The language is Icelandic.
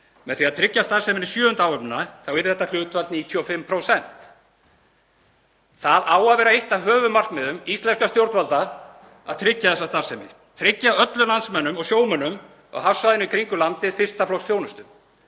Með því að tryggja starfsemi sjöundu áhafnarinnar yrði þetta hlutfall 95%. Það á að vera eitt af höfuðmarkmiðum íslenskra stjórnvalda að tryggja þessa starfsemi, tryggja öllum landsmönnum og sjómönnum á hafsvæðinu í kringum landið fyrsta flokks þjónustu.